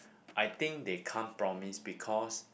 I think they can't promise because